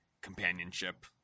companionship